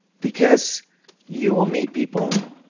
because you will meet people,